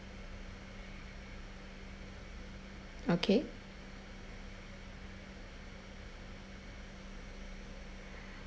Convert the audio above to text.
okay